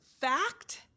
fact